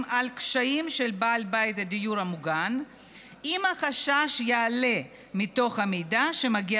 על קשיים של בעל בית הדיור המוגן אם החשש יעלה מתוך המידע שמגיע